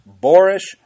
boorish